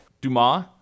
Dumas